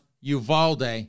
Uvalde